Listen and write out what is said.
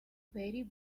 very